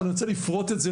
אבל אני רוצה לפרוט את זה